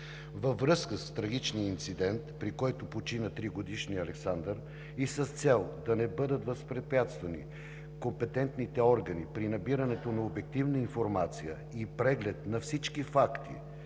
Във връзка с трагичния инцидент, при който почина тригодишният Александър, и с цел да не бъдат възпрепятствани компетентните органи при набирането на обективна информация и преглед на всички факти